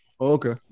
okay